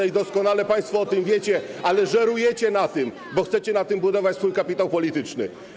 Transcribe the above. I doskonale państwo o tym wiecie, ale żerujecie na tym, bo chcecie na tym budować swój kapitał polityczny.